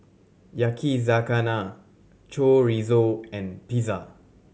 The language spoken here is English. Yakizakana Chorizo and Pizza